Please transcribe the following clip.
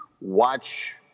watch